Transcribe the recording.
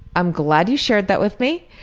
i'm glad you shared that with me,